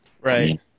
Right